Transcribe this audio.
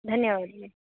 धन्यवादः